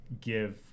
give